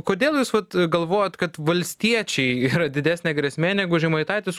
kodėl jūs vat galvojat kad valstiečiai yra didesnė grėsmė negu žemaitaitis